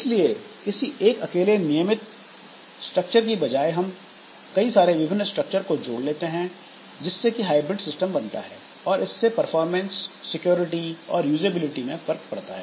इसलिए किसी एक अकेले नियमित स्ट्रक्चर की बजाए हम कई सारे विभिन्न स्ट्रक्चर को जोड़ लेते हैं जिससे कि हाइब्रिड सिस्टम बनता है और इससे परफॉर्मेंस सिक्योरिटी और यूज़ेबिलिटी में फर्क पड़ता है